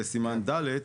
גם לסימן (ד),